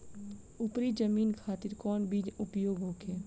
उपरी जमीन खातिर कौन बीज उपयोग होखे?